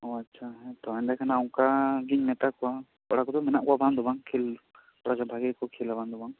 ᱳ ᱟᱪᱪᱷᱟ ᱦᱮᱸ ᱛᱳ ᱮᱰᱮ ᱠᱷᱟᱱ ᱚᱱᱠᱟᱜᱮᱧ ᱢᱮᱛᱟ ᱠᱚᱣᱟ ᱠᱚᱲᱟ ᱠᱚᱫᱚ ᱢᱮᱱᱟᱜ ᱠᱚᱣᱟ ᱵᱟᱝ ᱫᱚ ᱵᱟᱝ ᱠᱷᱮᱞ ᱠᱚᱲᱟ ᱜᱮ ᱵᱷᱟᱜᱤ ᱜᱮᱠᱚ ᱠᱷᱮᱞᱟ ᱵᱟᱝ ᱫᱚ ᱵᱟᱝ